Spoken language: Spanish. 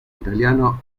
italiano